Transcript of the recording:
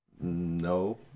No